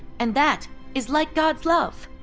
and that is like god's love.